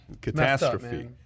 catastrophe